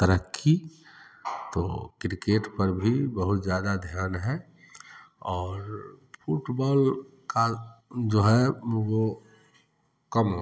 तरक़्क़ी तो क्रिकेट पर भी बहुत ज़्यादा ध्यान है और फुटबॉल का जो है वह कम